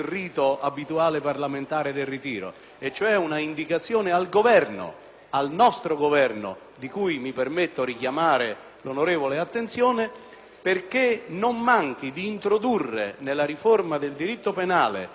al nostro Governo - di cui mi permetto di richiamare l'onorevole attenzione - perché non manchi di introdurre nella riforma del diritto penale, il cui pacchetto ci viene annunciato come imminente, questo principio giuridico,